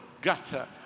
gutter